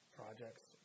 projects